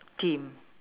team